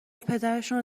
پدرشونو